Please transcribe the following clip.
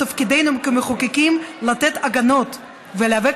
תפקידנו כמחוקקים הוא לתת הגנות ולהיאבק